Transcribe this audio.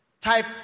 type